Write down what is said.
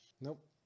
Nope